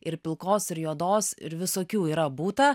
ir pilkos ir juodos ir visokių yra būta